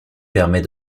permet